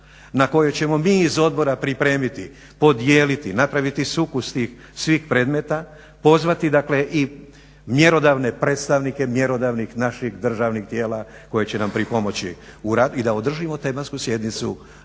na kojoj ćemo mi iz odbora pripremiti, podijeliti, napraviti sukus tih svih predmeta, pozvati dakle i mjerodavne predstavnike mjerodavnih naših državnih tijela koje će nam pripomoći u radu i da održimo tematsku sjednicu